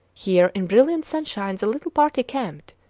here in brilliant sunshine the little party camped,